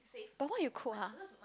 but what you cook [huh]